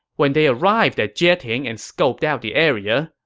when they arrived at jieting and scoped out the area,